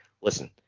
listen